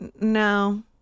No